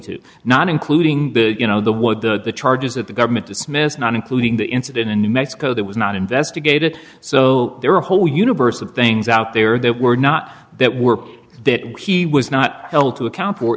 to not including you know the charges that the government dismissed not including the incident in new mexico that was not investigated so there are a whole universe of things out there that were not that were that he was not held to account for